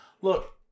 look